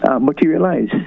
materialize